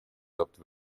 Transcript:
dubbed